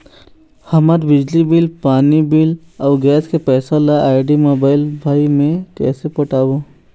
हमर बिजली बिल, पानी बिल, अऊ गैस के पैसा ला आईडी, मोबाइल, भाई मे कइसे पटाबो?